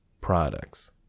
products